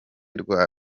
rwa